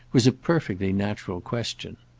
was a perfectly natural question.